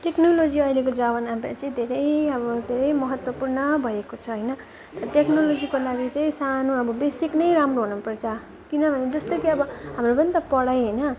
technology अहिलेको जमानामा चाहिँ धेरै अब धेरै महत्त्वपूर्ण भएको छ होइन टेक्नोलोजीको लागि चाहिँ सानो अब बेसिक नै राम्रो हुनुपर्छ किनभने जस्तो कि अब हाम्रो पनि त पढाइ होइन